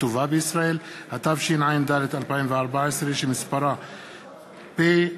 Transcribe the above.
הכתובה בישראל, התשע"ד 2014, שמספרה פ/2464/19.